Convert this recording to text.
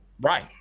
Right